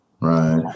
Right